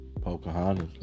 Pocahontas